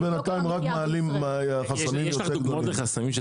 בינתיים --- יש לך דוגמה לחסמים?